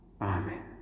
Amen